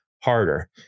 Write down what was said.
harder